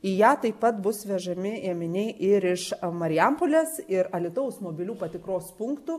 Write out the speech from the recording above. į ją taip pat bus vežami ėminiai ir iš marijampolės ir alytaus mobilių patikros punktų